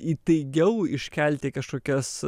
įtaigiau iškelti kažkokias